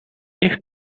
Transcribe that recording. niech